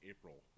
April